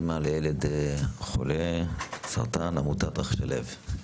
אימא לילד חולה סרטן, עמותת "רחשי לב".